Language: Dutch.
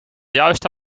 juiste